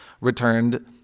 returned